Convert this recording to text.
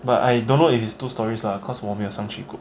but I don't know if is two stories lah because 我没有上去过